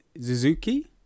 Suzuki